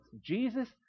Jesus